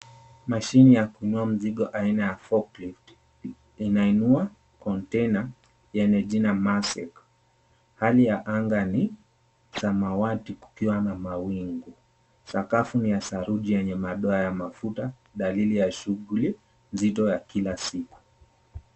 Mashini ya kuinua mzigo aina ya Fork Lift inainua konteina yenye jina MAESK. Hali ya anga ni samawati kukiwa na mawingu. Sakafu ni ya saruji yenye madoa ya mafuta dalili ya shughuli nzito ya kila siku.